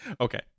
Okay